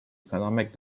economic